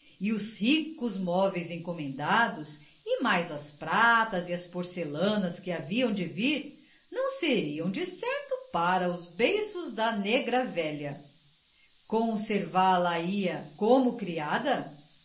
e os ricos móveis encomendados e mais as pratas e as porcelanas que haviam de vir não seriam decerto para os beiços da negra velha conservá la ia como criada